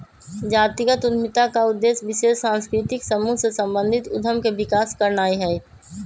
जातिगत उद्यमिता का उद्देश्य विशेष सांस्कृतिक समूह से संबंधित उद्यम के विकास करनाई हई